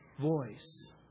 voice